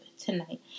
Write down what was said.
tonight